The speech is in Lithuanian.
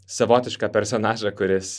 savotišką personažą kuris